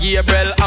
Gabriel